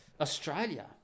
Australia